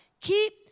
Keep